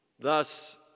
Thus